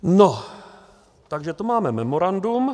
No, takže to máme memorandum.